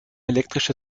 elektrische